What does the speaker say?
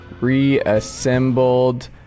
reassembled